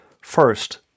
First